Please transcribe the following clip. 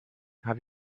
have